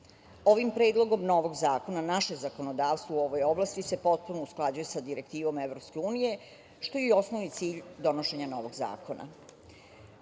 Predlogom novog zakona naše zakonodavstvo u ovoj oblasti se potpuno usklađuje sa direktivnom Evropske unije, što je i osnovni cilj donošenja novog